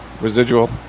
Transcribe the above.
residual